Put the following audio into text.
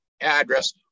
address